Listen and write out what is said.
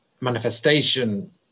manifestation